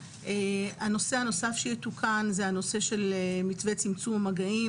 הנושא הנוסף שיתוקן הוא הנושא של מתווה צמצום מגעים.